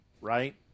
Right